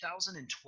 2012